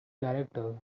director